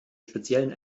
speziellen